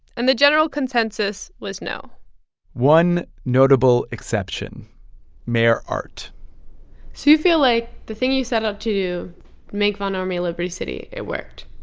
and the general consensus was no one notable exception mayor art so you feel like the thing you set out to do make von ormy a liberty city it worked?